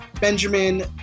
Benjamin